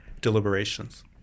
deliberations